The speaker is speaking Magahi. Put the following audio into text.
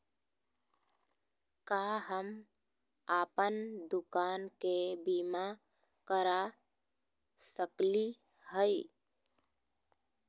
का हम अप्पन दुकान के बीमा करा सकली हई?